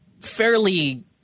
fairly